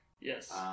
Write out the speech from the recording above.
Yes